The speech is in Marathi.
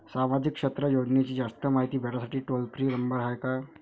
सामाजिक क्षेत्र योजनेची जास्त मायती भेटासाठी टोल फ्री नंबर हाय का?